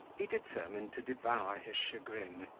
he determined to devour his chagrin,